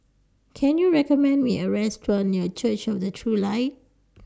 Can YOU recommend Me A Restaurant near Church of The True Light